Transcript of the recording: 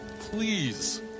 Please